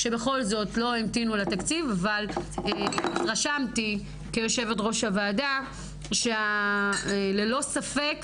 שבכל זאת לא המתינו לתקציב אבל רשמתי כיושבת-ראש הוועדה שללא ספק,